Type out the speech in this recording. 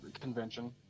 convention